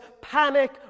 panic